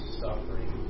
suffering